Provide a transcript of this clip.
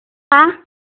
आँय